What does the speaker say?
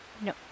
No